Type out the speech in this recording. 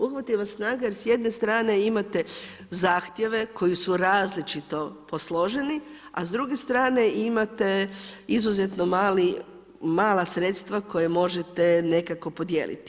Uhvati vas snaga jer s jedne strane imate zahtjeve koji su različito posloženi a s druge strane imate izuzetno mala sredstva koja možete nekako podijeliti.